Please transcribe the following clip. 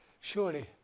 surely